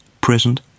present